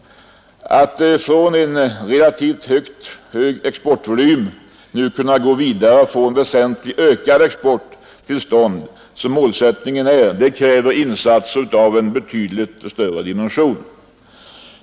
Att från en relativt hög exportvolym nu gå vidare och få till stånd en väsentligt ökad export, som målsättningen är, kräver insatser av betydligt större dimensioner.